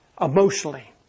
Emotionally